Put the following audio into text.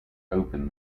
open